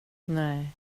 nej